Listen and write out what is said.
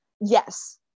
Yes